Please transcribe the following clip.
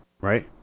right